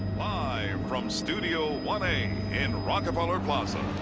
live from studio one a in rockefeller plaza.